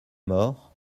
mort